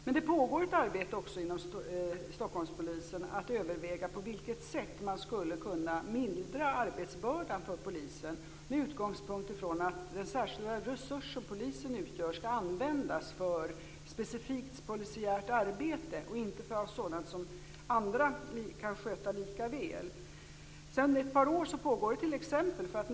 Det pågår också ett arbete inom Stockholmspolisen med att överväga på vilket sätt man skulle kunna mildra arbetsbördan för polisen med utgångspunkt från att den särskilda resurs som polisen utgör skall användas för specifikt polisiärt arbete och inte för sådant som andra lika gärna kan sköta. Jag kan nämna ett sådant försök.